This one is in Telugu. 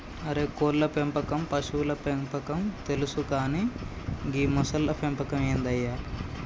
అరే కోళ్ళ పెంపకం పశువుల పెంపకం తెలుసు కానీ గీ మొసళ్ల పెంపకం ఏందయ్య